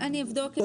אני אבדוק את זה.